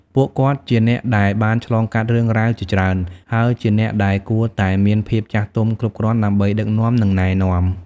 ពួកគាត់ជាអ្នកដែលបានឆ្លងកាត់រឿងរ៉ាវជាច្រើន ហើយជាអ្នកដែលគួរតែមានភាពចាស់ទុំគ្រប់គ្រាន់ដើម្បីដឹកនាំ និងណែនាំ។